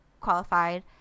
qualified